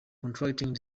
contracting